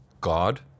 God